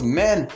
men